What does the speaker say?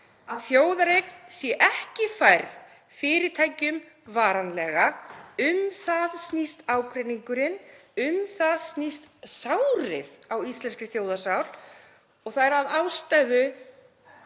þjóðareign sé ekki færð fyrirtækjum varanlega. Um það snýst ágreiningurinn. Um það snýst sárið í íslenskri þjóðarsál og það er ástæðan